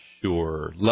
sure